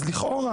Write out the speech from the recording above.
אז לכאורה,